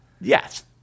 yes